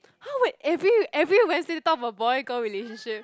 !huh! wait every every Wednesday you talk about boy girl relationship